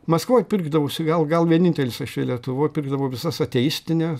maskvoj pirkdavausi gal gal vienintelis lietuvoj pirkdavau visas ateistine